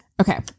Okay